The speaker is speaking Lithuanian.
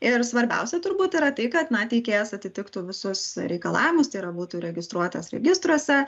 ir svarbiausia turbūt yra tai kad na teikėjas atitiktų visus reikalavimus tai yra būtų įregistruotas registruose